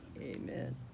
Amen